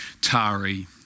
Tari